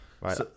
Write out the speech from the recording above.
right